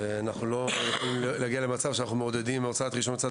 אנחנו מעודדים אזרחים להוציא רישיון לנשק